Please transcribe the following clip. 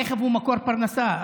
הרכב הוא מקור פרנסה,